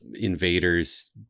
invaders